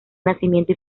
nacimiento